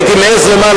הייתי מעז לומר,